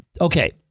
Okay